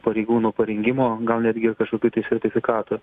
pareigūnų parengimo gal netgi ir kažkokių sertifikatų